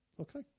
Okay